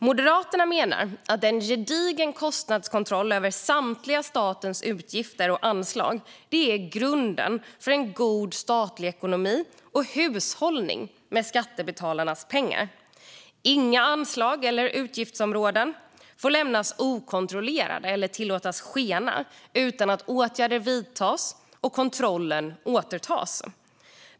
Moderaterna menar att en gedigen kostnadskontroll över statens samtliga utgifter och anslag är grunden för en god statlig ekonomi och hushållning med skattebetalarnas pengar. Inga anslag eller utgiftsområden får lämnas okontrollerade eller tillåtas skena utan att åtgärder vidtas och kontrollen återtas.